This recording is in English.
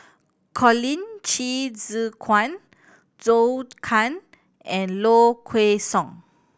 Colin Qi Zhe Quan Zhou Can and Low Kway Song